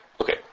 Okay